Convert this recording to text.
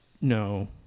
No